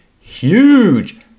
huge